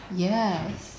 yes